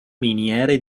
miniere